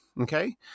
Okay